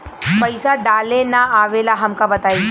पईसा डाले ना आवेला हमका बताई?